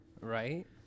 right